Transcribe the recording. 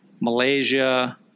Malaysia